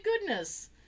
goodness